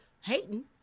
hating